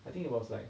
I think it was like